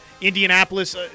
Indianapolis